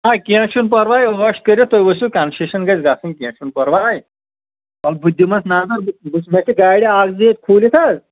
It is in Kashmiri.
آ کیٚنہہ چھُنہٕ پَرواے عٲش کٔرِتھ تُہۍ ؤسِو کَنسیشَن گژھِ گژھُن کیٚنہہ چھُنہٕ پَرواے وَلہٕ بہٕ دِمَس نَظر بہٕ بہٕ چھُس مےٚ چھےٚ گاڑِ اَکھ زٕ ییٚتہِ کھوٗلِتھ حظ